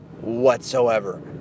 whatsoever